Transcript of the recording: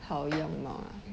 好样貌